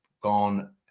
gone